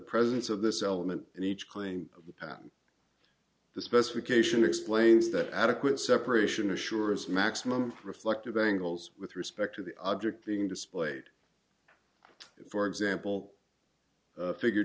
presence of this element in each claim of the patent the specification explains that adequate separation assures maximum reflected dangles with respect to the object being displayed for example figure